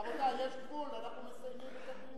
רבותי, יש גבול, אנחנו מסיימים את הדיון.